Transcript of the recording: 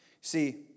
See